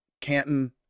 Canton